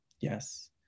Yes